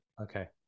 Okay